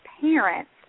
parents